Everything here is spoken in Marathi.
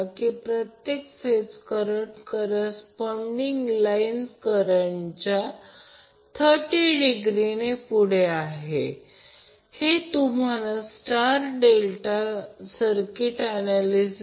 तर एक लहान उदाहरण घ्या एक बॅलन्सड abc सिक्वेन्स जे मध्ये जोडलेले सोर्स Van 100 अँगल 10o आहे